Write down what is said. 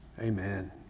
Amen